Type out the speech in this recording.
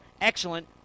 excellent